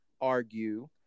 argue